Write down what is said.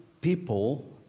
people